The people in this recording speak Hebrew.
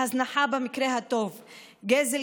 להזנחה במקרה הטוב ולגזל,